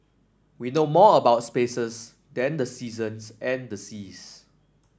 we know more about spaces than the seasons and the seas